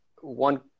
one